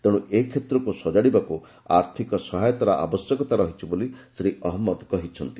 ତେଣୁ ଏ କ୍ଷେତ୍ରକୁ ସଜାଡ଼ିବାକୁ ଆର୍ଥିକ ସହାୟତାର ଆବଶ୍ୟକତା ରହିଛି ବୋଲି ଶ୍ରୀ ଅହମ୍ମଦ କହିଛନ୍ତି